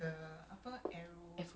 mata-mata dah malam